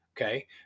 Okay